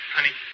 Honey